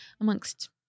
Amongst